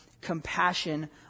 compassion